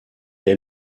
est